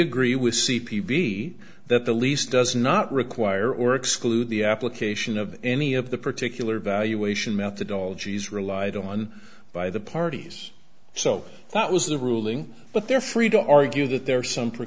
agree with c p b that the lease does not require or exclude the application of any of the particular valuation methodology is relied on by the parties so that was the ruling but they're free to argue that there are some fre